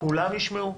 כולם ישמעו.